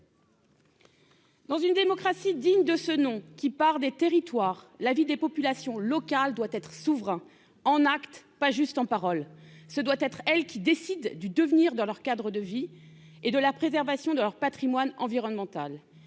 Dans une démocratie digne de ce nom, qui part des territoires, la vie des populations locales doit être souverain en actes, pas juste en paroles, ce doit être, elle qui décide du devenir de leur cadre de vie et de la préservation de leur Patrimoine environnemental